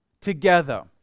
together